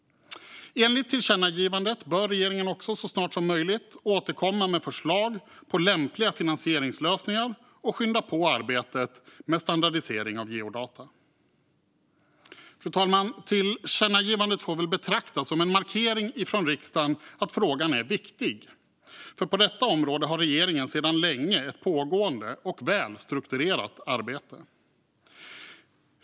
Enligt tillkännagivandet bör regeringen också så snart som möjligt återkomma med förslag på lämpliga finansieringslösningar och skynda på arbetet med standardisering av geodata. Fru talman! Tillkännagivandet får väl betraktas som en markering från riksdagen av att frågan är viktig, för på detta område har regeringen sedan länge ett pågående och väl strukturerat arbete.